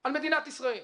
על מדינת ישראל.